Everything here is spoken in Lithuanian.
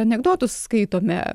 anekdotus skaitome